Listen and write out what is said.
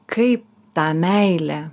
kaip tą meilę